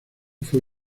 fue